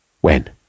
When